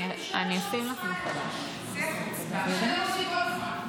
אתם עושים את זה כל הזמן.